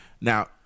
now